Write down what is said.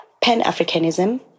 Pan-Africanism